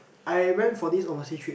I went for this overseas trip